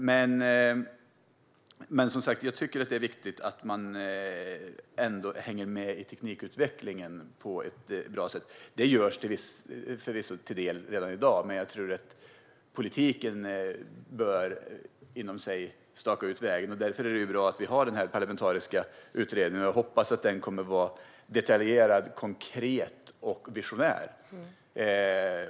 Jag tycker som sagt att det är viktigt att man ändå hänger med i teknikutvecklingen på ett bra sätt. Det gör man förvisso till viss del redan i dag. Men jag tror att politiken måste staka ut vägen. Därför är det bra att vi har den parlamentariska utredningen. Jag hoppas att den kommer att vara detaljerad, konkret och visionär.